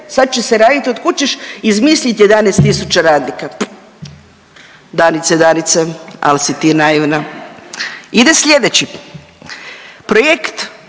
sad će se radit, otkud ćeš izmislit 11 tisuća, Danice, Danice, al si ti naivna. Ide slijedeći projekt